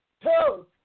two